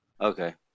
Okay